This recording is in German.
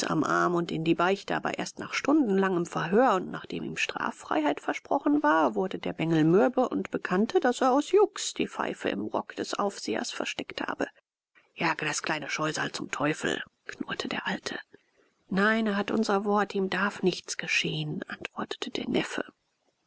am arm und in die beichte aber erst nach stundenlangem verhör und nachdem ihm straffreiheit versprochen war wurde der bengel mürbe und bekannte daß er aus jux die pfeife im rock des aufsehers versteckt habe jage das kleine scheusal zum teufel knurrte der alte nein er hat unser wort ihm darf nichts geschehen antwortete der neffe